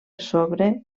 sobre